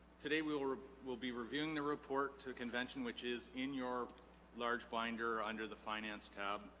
today we will will be reviewing the report to convention which is in your large binder under the finance tab